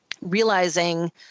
realizing